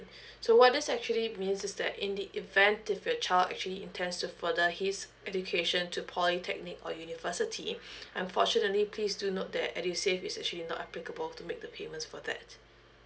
so what this actually means is that in the event if your child actually intends to further his education to polytechnic or university unfortunately please do note that edusave is actually not applicable to make the payments for that